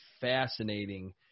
fascinating